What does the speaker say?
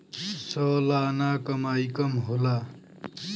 सलाना कमाई कम होला